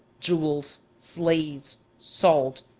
jewels, slaves, salt,